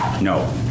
No